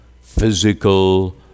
physical